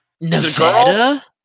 Nevada